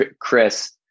Chris